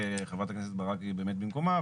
חברת הכנסת ברק היא באמת במקומה.